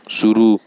शुरू